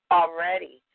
already